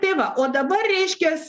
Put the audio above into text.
tai va o dabar reiškias